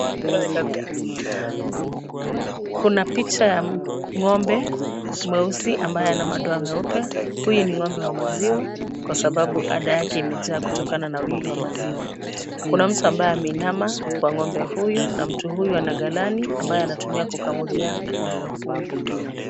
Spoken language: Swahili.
Kuna picha ya ng'ombe mweusi ambaye ana madoa meupe. Huyu ni ng'ombe wa maziwa, kwa sababu ada yake imejaa kutokana na wingi wa maziwa. Kuna mtu ambaye ameinama kwa ng'ombe huyu na mtu huyu ana galani ambaye anatumia kukamulia ng'ombe huyu.